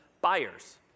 buyers